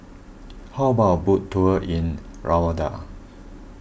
how about a boat tour in Rwanda